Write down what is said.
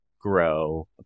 grow